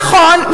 נכון,